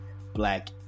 black